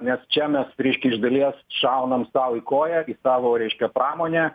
nes čia mes reiškia iš dalies šaunam sau į koją į savo reiškia pramonę